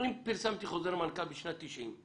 אם פרסמתי חוזר מנכ"ל בשנת 90'